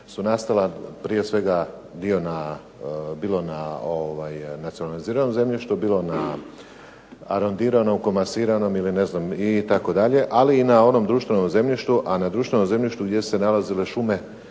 su nastala prije svega dio bilo na nacionaliziranom zemljištu, bilo na arondiranom, komasiranom itd. ali i na onom društvenom zemljištu a na društvenom zemljištu gdje su se nalazile šume